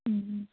ಹ್ಞೂ ಹ್ಞೂ